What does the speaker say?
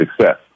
success